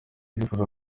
irifuza